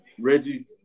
Reggie